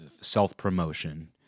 self-promotion